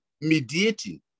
mediating